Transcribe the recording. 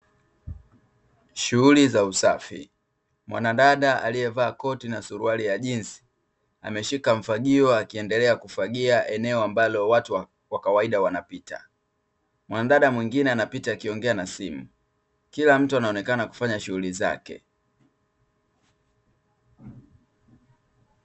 Shughuli za usafi, mwanadada aliyevaa koti na suruai ya jinsi, ameshika mfagio akiendelea kufagia eneo ambalo watu wa kawaida wanapita. Mwanadada mwingine anapita akiongea na simu, kila mtu anaonekana kufanya shughuli zake.